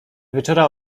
wieczora